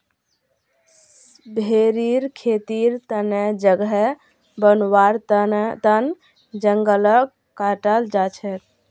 भेरीर खेतीर तने जगह बनव्वार तन जंगलक काटाल जा छेक